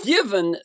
Given